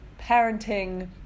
parenting